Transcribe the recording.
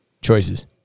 choices